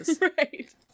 Right